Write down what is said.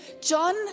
John